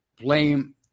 blame